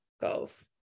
goals